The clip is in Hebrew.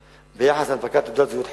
ביחס להנפקת תעודת זהות חכמה,